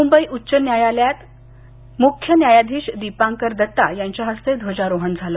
मृंबई उच्च न्यायालयात मुख्य न्यायाधीश दीपांकर दत्ता यांच्या हस्ते ध्वजारोहण झालं